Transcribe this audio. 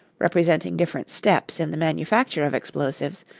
representing different steps in the manufacture of explosives,